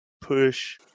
push